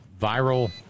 viral